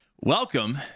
Welcome